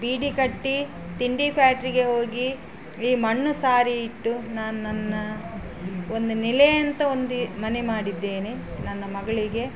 ಬೀಡಿ ಕಟ್ಟಿ ತಿಂಡಿ ಫ್ಯಾಕ್ಟ್ರಿಗೆ ಹೋಗಿ ಈ ಮಣ್ಣು ಸಾರಿ ಇಟ್ಟು ನಾನು ನನ್ನ ಒಂದು ನೆಲೆಯಂತ ಒಂದು ಮನೆ ಮಾಡಿದ್ದೇನೆ ನನ್ನ ಮಗಳಿಗೆ